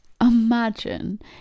imagine